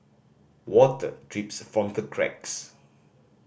water drips from the cracks